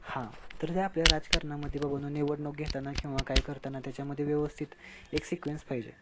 हां तर जे आपल्या राजकारणामध्ये बाबांनो निवडणूक घेताना किंवा काय करताना त्याच्यामध्ये व्यवस्थित एक सिक्वेन्स पाहिजे